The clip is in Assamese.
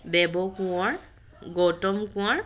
দেৱ কোঁৱৰ গৌতম কোঁৱৰ